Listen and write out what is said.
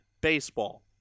baseball